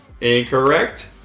Incorrect